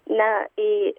na į